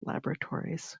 laboratories